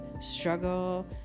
struggle